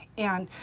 and,